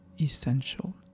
essential